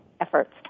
efforts